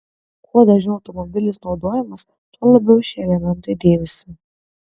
kuo dažniau automobilis naudojamas tuo labiau šie elementai dėvisi